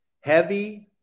heavy